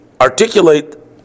articulate